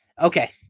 Okay